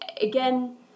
again